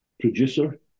producer